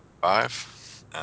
five